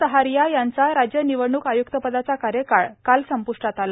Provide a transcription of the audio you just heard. सहारिया यांचा राज्य निवडणूक आय्क्तपदाचा कार्यकाळ काल संप्ष्टात आला